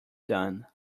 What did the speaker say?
done